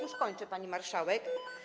Już kończę, pani marszałek.